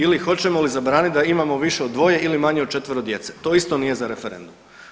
Ili hoćemo li zabraniti da imamo više od dvoje ili manje od četvero djece, to isto nije za referendum.